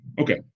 Okay